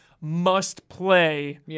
must-play